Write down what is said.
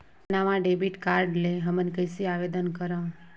नवा debit card ले हमन कइसे आवेदन करंव?